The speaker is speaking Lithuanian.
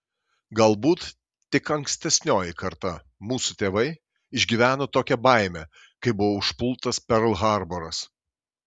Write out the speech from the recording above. galbūt tik ankstesnioji karta mūsų tėvai išgyveno tokią baimę kai buvo užpultas perl harboras